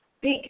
big